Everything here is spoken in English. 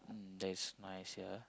mm that's nice yeah